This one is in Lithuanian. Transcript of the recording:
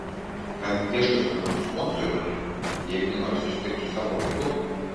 gal ji ieškosi naujų sponsorių jeigu nenori susitikti su savo vaiku